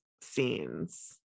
scenes